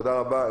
תודה רבה.